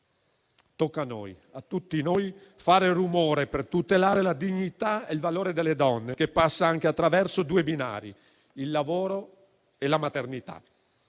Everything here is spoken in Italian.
Tocca a noi, a tutti noi, fare rumore per tutelare la dignità e il valore delle donne, che passa anche attraverso due binari: il lavoro e la maternità.